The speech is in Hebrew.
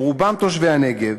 או רובם תושבי הנגב.